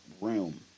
room